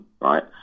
right